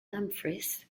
dumfries